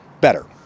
better